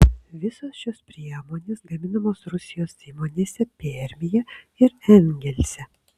visos šios priemonės gaminamos rusijos įmonėse permėje ir engelse